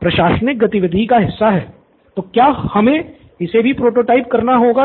प्रशासनिक गतिविधि का हिस्सा है तो क्या हमें इसे भी प्रोटोटाइप करना होगा या नहीं